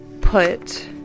put